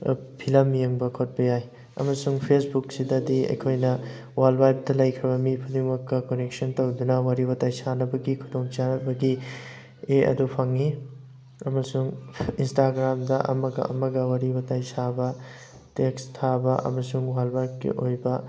film ꯌꯦꯡꯕ ꯈꯣꯠꯄ ꯌꯥꯏ ꯑꯃꯁꯨꯡ ꯐꯦꯁꯕꯨꯛꯁꯤꯗꯗꯤ ꯑꯩꯈꯣꯏꯅ ꯋꯥꯔꯜ ꯋꯥꯏꯠꯇ ꯂꯩꯈ꯭ꯔꯕ ꯃꯤ ꯈꯨꯗꯤꯡꯃꯛꯀ ꯀꯟꯅꯦꯛꯁꯟ ꯇꯧꯗꯨꯅ ꯋꯥꯔꯤ ꯋꯥꯇꯥꯏ ꯁꯥꯟꯅꯕꯒꯤ ꯈꯨꯗꯣꯡꯆꯥꯅꯕꯒꯤ ꯑꯦꯞ ꯑꯗꯨ ꯐꯪꯉꯤ ꯑꯃꯁꯨꯡ ꯏꯟꯁꯇꯒ꯭ꯔꯥꯝꯗ ꯑꯃꯒ ꯑꯃꯒ ꯋꯥꯔꯤ ꯋꯥꯇꯥꯏ ꯁꯥꯕ ꯇꯦꯛꯁ ꯊꯥꯕ ꯑꯃꯁꯨꯡ ꯋꯥꯔꯜ ꯋꯥꯏꯠꯀꯤ ꯑꯣꯏꯕ